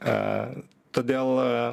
a todėl a